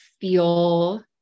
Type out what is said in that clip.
feel